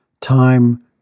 time